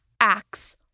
acts